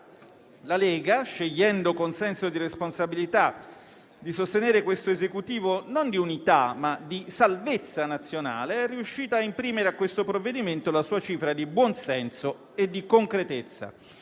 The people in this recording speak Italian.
La Lega, scegliendo con senso di responsabilità di sostenere questo Esecutivo non di unità ma di salvezza nazionale, è riuscita imprimere a questo provvedimento la sua cifra di buon senso e di concretezza.